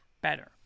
better